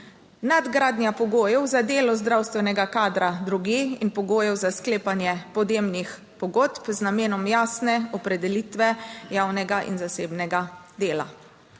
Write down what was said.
nadgradnja pogojev za delo zdravstvenega kadra drugje in pogojev za sklepanje podjemnih pogodb z namenom jasne opredelitve javnega in zasebnega dela,